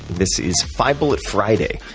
this is five bullet friday.